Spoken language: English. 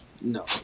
no